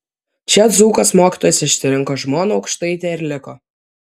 čia dzūkas mokytojas išsirinko žmoną aukštaitę ir liko